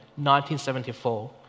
1974